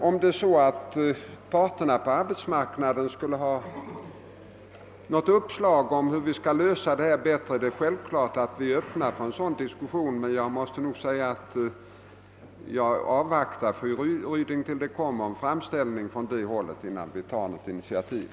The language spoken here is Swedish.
Om emellertid parterna på arbetsmarknaden skulle kunna komma fram till någon uppfattning om hur vi bättre skulle kunna lösa detta problem, är vi självfallet öppna för en diskussion, men jag måste nog, fru Ryding, avvakta tills det görs framställning från det hållet innan vi tar något initiativ.